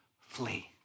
Flee